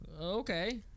Okay